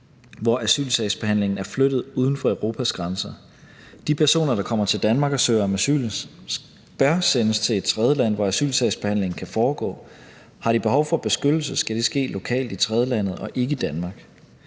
hvor asylsagsbehandlingen er flyttet uden for Europas grænser. De personer, der kommer til Danmark og søger om asyl, bør sendes til et tredjeland, hvor asylsagsbehandlingen kan foregå. Har de behov for beskyttelse, skal det ske lokalt i tredjelandet og ikke i Danmark.